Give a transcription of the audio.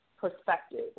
perspective